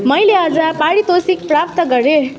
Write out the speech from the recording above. मैले आज पारितोषिक प्राप्त गरेँ